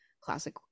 classic